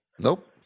Nope